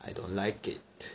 I don't like it